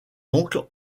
oncles